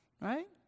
Right